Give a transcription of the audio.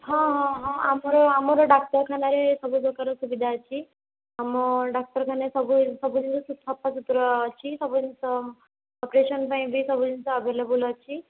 ହଁ ହଁ ହଁ ଆମର ଆମର ଡାକ୍ତରଖାନାରେ ସବୁପ୍ରକାର ସୁବିଧା ଅଛି ଆମ ଡାକ୍ତରଖାନାରେ ସବୁ ସବୁ ଜିନିଷ ସଫାସୁତୁରା ଅଛି ସବୁ ଜିନିଷ ଅପରେସନ୍ ପାଇଁ ବି ସବୁ ଜିନିଷ ଆଭେଲେବୁଲ୍ ଅଛି